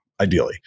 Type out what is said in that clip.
ideally